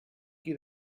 qui